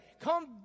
Come